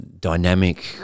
dynamic